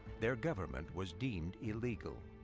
their government was deemed illegal.